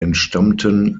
entstammten